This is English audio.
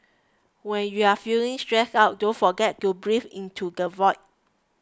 when you are feeling stressed out don't forget to breathe into the void